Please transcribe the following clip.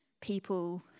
people